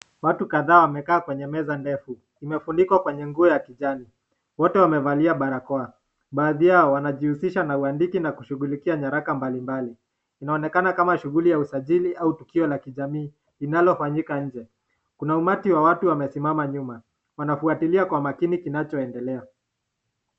Watu kadhaa wamekaa kwenye meza ndefu imefunikwa kwenye nguo ya kijani. Wote wamevalia barakoa baadhi yao wanajihusisha nauandiki na kushughulikia nyaraka mbalimbali inaonekana kama shughuli ya usajili au tukio la kijamii linalofanyika nje. Kuna umati wa watu wamesimama nyuma wanafuatilia kwa makini kinachoendelea.